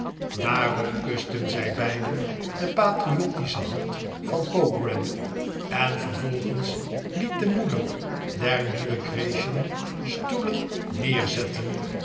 daarop kusten zij beiden de patriottische hand van pogram en vervolgens liet de moeder der nieuwe gracchen stoelen neerzetten